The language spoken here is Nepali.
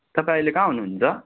तपाईँ अहिले कहाँ हुनुहुन्छ